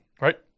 right